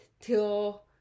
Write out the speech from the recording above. till